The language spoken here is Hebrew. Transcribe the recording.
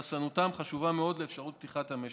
והתחסנותם חשובה מאוד לאפשרות פתיחת המשק.